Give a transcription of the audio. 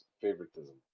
favoritism